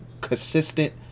consistent